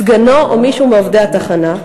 או סגנו או מישהו מעובדי התחנה,